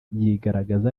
yigaragaza